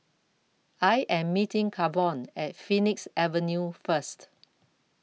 I Am meeting Kavon At Phoenix Avenue First